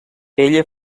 ella